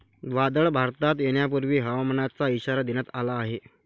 वादळ भारतात येण्यापूर्वी हवामानाचा इशारा देण्यात आला आहे